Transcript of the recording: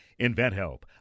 InventHelp